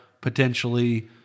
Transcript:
potentially